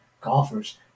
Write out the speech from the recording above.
golfers